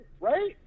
right